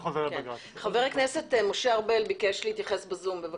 חבר הכנסת משה ארבל ביקש להתייחס בזום, בבקשה.